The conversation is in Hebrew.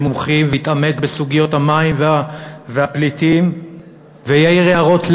מומחים ויתעמק בסוגיות המים והפליטים ויעיר הערות?